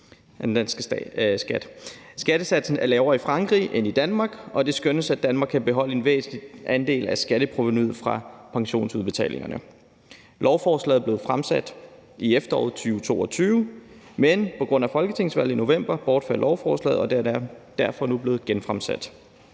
Skattesatsen er lavere i Frankrig end i Danmark, og det skønnes, at Danmark kan beholde en væsentlig andel af skatteprovenuet fra pensionsudbetalingerne. Lovforslaget blev fremsat i efteråret 2022, men på grund af folketingsvalget i november bortfaldt lovforslaget, og det er derfor nu blevet genfremsat.